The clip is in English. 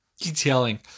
detailing